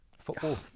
Football